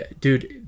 dude